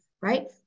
right